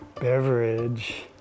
beverage